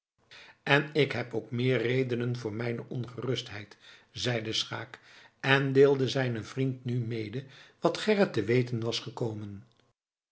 en ik heb ook redenen meer voor mijne ongerustheid zeide van schaeck en deelde zijnen vriend nu mede wat gerrit te weten was gekomen